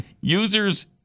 Users